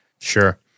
Sure